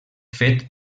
fet